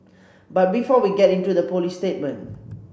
but before we get into the police statement